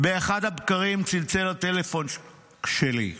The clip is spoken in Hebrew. באחד הבקרים צלצל הטלפון שלי.